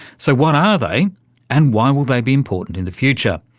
so what are they and why will they be important in the future?